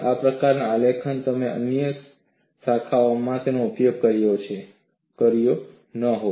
આ પ્રકારના આલેખ તમે અન્ય શાખાઓમાં તેનો ઉપયોગ કર્યો ન હોત